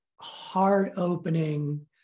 heart-opening